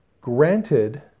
granted